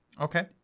Okay